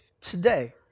today